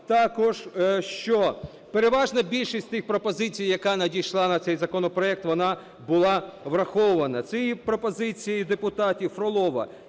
також, що переважна більшість тих пропозицій, яка надійшла на цей законопроект, вона була врахована. Це є пропозиції депутатів Фролова,